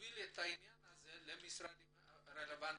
נוביל את העניין הזה למשרדים הרלוונטיים.